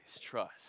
trust